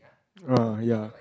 uh ya